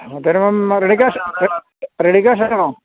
തരുമ്പോള് ready കാശ് ആണോ